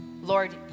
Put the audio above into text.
Lord